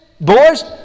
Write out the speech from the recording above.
Boys